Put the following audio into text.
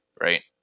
Right